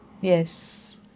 Yes